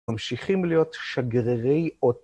ממשיכים להיות שגרירי אות.